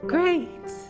Great